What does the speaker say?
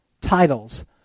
titles